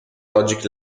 logic